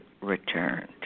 returned